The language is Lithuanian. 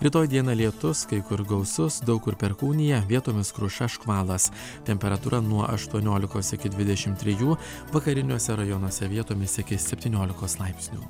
rytoj dieną lietus kai kur gausus daug kur perkūnija vietomis kruša škvalas temperatūra nuo aštuoniolikos iki dvidešim trijų vakariniuose rajonuose vietomis iki septyniolikos laipsnių